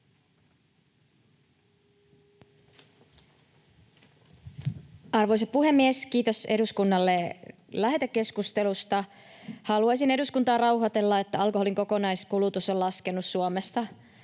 Arvoisa puhemies! Kiitos eduskunnalle lähetekeskustelusta. Haluaisin eduskuntaa rauhoitella, että alkoholin kokonaiskulutus on laskenut Suomessa